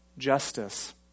justice